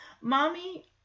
Mommy